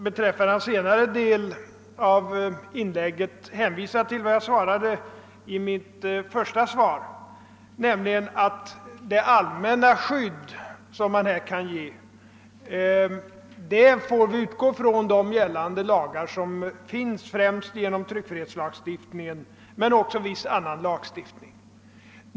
Beträffande den senare delen av herr Hedins inlägg vill jag hänvisa till vad jag sade i svaret, nämligen att det allmänna skydd man kan ge måste utgå från de lagar som gäller, främst tryckfrihetslagstiftningen men även viss annan lagstiftning.